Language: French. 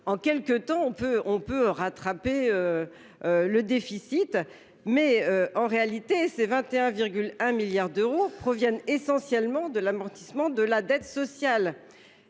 en quelques temps on peut on peut rattraper. Le déficit mais en réalité, c'est 21,1 milliards d'euros proviennent essentiellement de l'amortissement de la dette sociale.